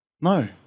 No